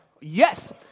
yes